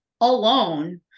alone